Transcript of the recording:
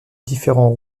différent